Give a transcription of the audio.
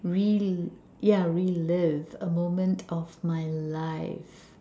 relive yeah relive a moment of my life